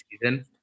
season